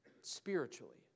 spiritually